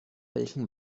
welchen